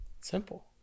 simple